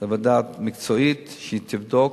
זו ועדה מקצועית, שהיא תבדוק.